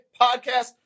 Podcast